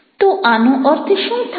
તો આનો અર્થ શું થાય